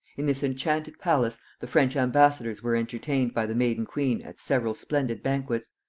in this enchanted palace the french ambassadors were entertained by the maiden queen at several splendid banquets,